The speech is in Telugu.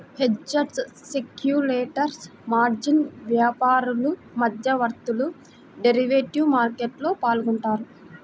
హెడ్జర్స్, స్పెక్యులేటర్స్, మార్జిన్ వ్యాపారులు, మధ్యవర్తులు డెరివేటివ్ మార్కెట్లో పాల్గొంటారు